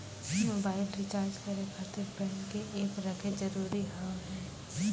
Mobile recharge करे खातिर bank के ऐप रखे जरूरी हाव है?